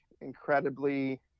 incredibly